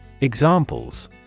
Examples